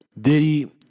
Diddy